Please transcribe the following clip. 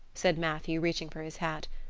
said matthew, reaching for his hat.